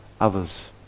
others